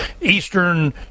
eastern